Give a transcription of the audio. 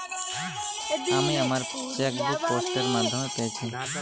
আমি আমার chequebook post এর মাধ্যমে পেয়েছি